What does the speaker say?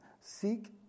Seek